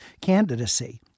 candidacy